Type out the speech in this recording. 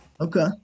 Okay